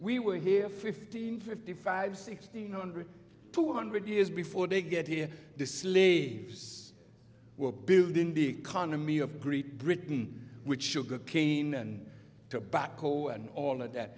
we were here fifteen fifty five sixty nine hundred two hundred years before they get here this lives were built in the economy of great britain which sugarcane and tobacco and all of that